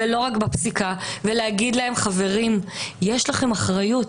ולא רק בפסיקה, ולהגיד להם, חברים, יש לכם אחריות.